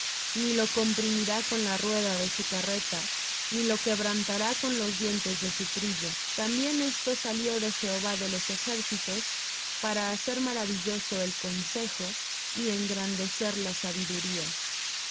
ni lo comprimirá con la rueda de su carreta ni lo quebrantará con los dientes de su trillo también esto salió de jehová de los ejércitos para hacer maravilloso el consejo y engrandecer la sabiduría ay de